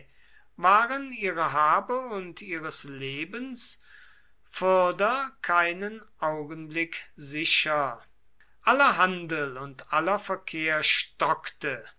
waren ihrer habe und ihres lebens fürder keinen augenblick sicher aller handel und aller verkehr stockte